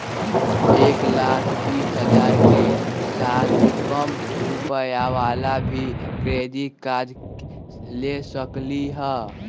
एक लाख बीस हजार के साल कम रुपयावाला भी क्रेडिट कार्ड ले सकली ह?